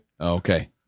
Okay